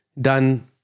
Done